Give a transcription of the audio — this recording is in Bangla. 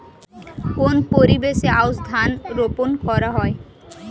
কোন পরিবেশে আউশ ধান রোপন করা হয়?